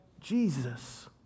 Jesus